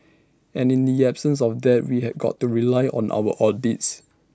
and in the absence of that we have got to rely on our audits